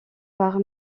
par